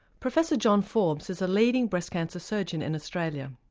professor john forbes is a leading breast cancer surgeon in australia.